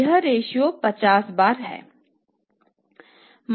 यह रेश्यो 50 बार है